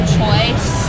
choice